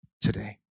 today